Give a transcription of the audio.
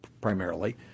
primarily